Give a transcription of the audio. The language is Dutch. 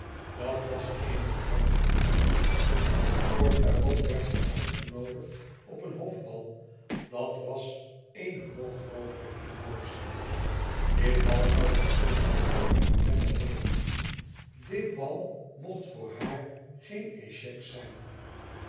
dat was eene groote emotie kort daarop werd zij uitgenoodigd op een hof bal dat was eene nog grootere emotie dit bal zoû beslissen over haar verder leven dit bal mocht voor haar geen échec zijn